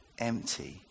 empty